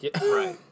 Right